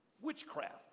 witchcraft